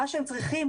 מה שהם צריכים,